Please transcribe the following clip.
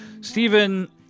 Stephen